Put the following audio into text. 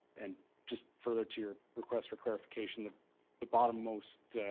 and just further to your request for clarification, the the bottom most